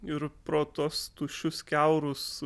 ir pro tuos tuščius kiaurus